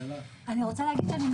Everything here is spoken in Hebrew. ואז אני אגיד כמובן